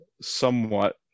somewhat